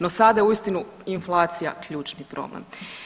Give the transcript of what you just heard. No sada je uistinu inflacija ključni problem.